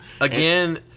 Again